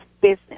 business